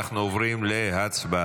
אנחנו עוברים להצבעה